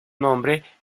nombre